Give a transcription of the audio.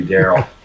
Daryl